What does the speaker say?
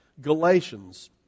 Galatians